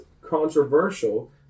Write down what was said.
controversial